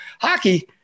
Hockey